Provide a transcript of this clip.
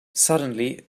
suddenly